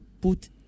put